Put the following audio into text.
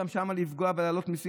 אתה רוצה גם שמה לפגוע ולהעלות מיסים,